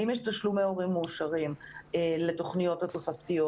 האם יש תשלומי הורים מאושרים לתוכניות התוספתיות?